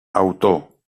autor